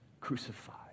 crucified